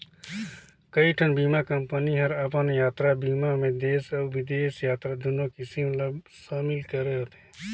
कयोठन बीमा कंपनी हर अपन यातरा बीमा मे देस अउ बिदेस यातरा दुनो किसम ला समिल करे रथे